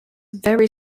very